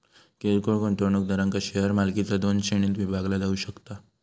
किरकोळ गुंतवणूकदारांक शेअर मालकीचा दोन श्रेणींत विभागला जाऊ शकता